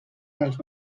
dels